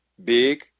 big